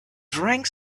drank